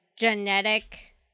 genetic